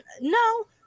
No